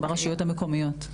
ברשויות המקומיות.